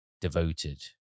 devoted